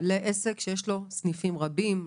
לעסק שיש לו סניפים רבים,